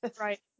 Right